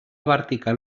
vertical